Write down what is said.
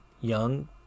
young